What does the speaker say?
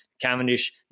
Cavendish